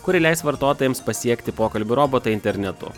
kuri leis vartotojams pasiekti pokalbių robotą internetu